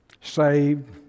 saved